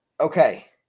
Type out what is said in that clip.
okay